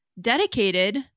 dedicated